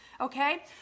okay